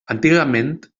antigament